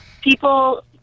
people